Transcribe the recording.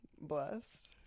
blessed